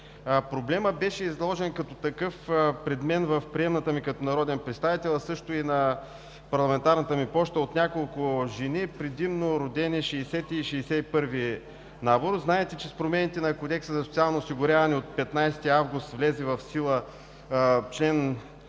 Проблемът беше изложен, като такъв пред мен в приемната ми, като народен представител, а също и на парламентарната ми поща от няколко жени, предимно родени през 1960 – 1961 г. Знаете, че с промените на Кодекса за социално осигуряване от 15 август влезе в сила чл.